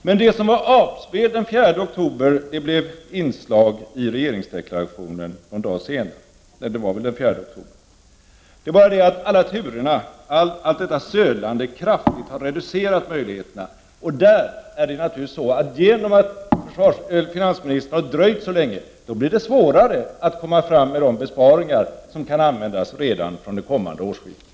Men det som då var apspel blev senare inslag i regeringsdeklarationen den 3 oktober. Alla turerna och allt detta sölande har kraftigt reducerat möjligheterna att genomföra förslagen. Genom att finansministern har dröjt så länge blir det svårare att komma fram med besparingar som kan träda i kraft redan vid det kommande årsskiftet.